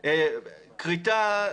כריתה,